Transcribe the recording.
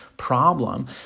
problem